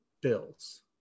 Bills